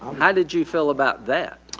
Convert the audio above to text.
how did you feel about that?